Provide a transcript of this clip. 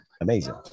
amazing